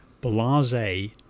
Blase